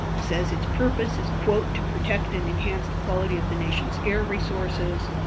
says its purpose is quote to protect and enhance the quality of the nation's air resources,